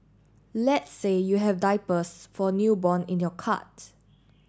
let's say you have diapers for newborn in your cart